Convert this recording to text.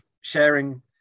sharing